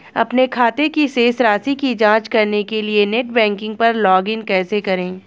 अपने खाते की शेष राशि की जांच करने के लिए नेट बैंकिंग पर लॉगइन कैसे करें?